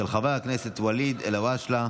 של חבר הכנסת ואליד אלהואשלה.